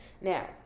Now